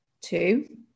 Two